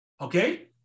okay